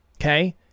okay